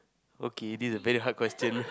okay be a better hard question